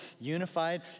unified